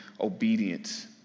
obedience